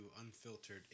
Unfiltered